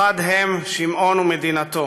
חד הם שמעון ומדינתו.